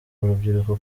urubyiruko